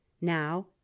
now